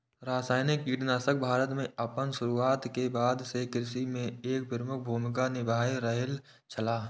रासायनिक कीटनाशक भारत में आपन शुरुआत के बाद से कृषि में एक प्रमुख भूमिका निभाय रहल छला